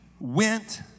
went